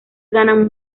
ganan